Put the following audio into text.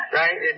right